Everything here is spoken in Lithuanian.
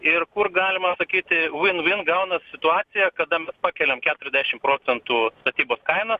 ir kur galima sakyti vin vin gaunas situacija kada pakeliam keturiasdešim procentų statybos kainas